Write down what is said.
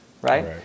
right